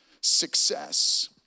success